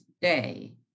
day